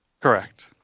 Correct